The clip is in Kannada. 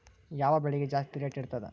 ಯಾವ ಬೆಳಿಗೆ ಜಾಸ್ತಿ ರೇಟ್ ಇರ್ತದ?